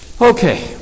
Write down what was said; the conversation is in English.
Okay